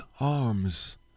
arms